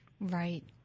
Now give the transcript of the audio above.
Right